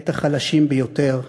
את החלשים ביותר.